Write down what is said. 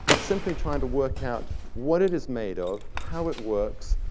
simply trying to work out what it is made of, how it works,